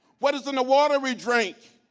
what is in the water we drink,